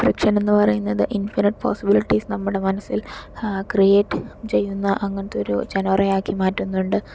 fiction എന്ന് പറയുന്നത് നമുക്ക് ഇൻഫിനിറ്റ് പോസിബിലിറ്റീസ് നമ്മളുടെ മനസ്സിൽ ക്രിയേറ്റ് ചെയ്യുന്ന അങ്ങനത്തൊരു ജെനോറ ആക്കി മാറ്റുന്നുണ്ട്